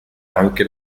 anche